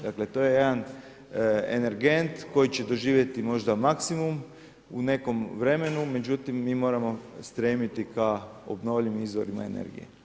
Dakle to je jedan energent koji će doživjeti možda maksimum u nekom vremenu međutim mi moramo stremiti ka obnovljivim izvorima energije.